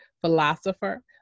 philosopher